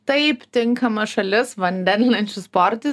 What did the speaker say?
taip tinkama šalis vandenlenčių sportu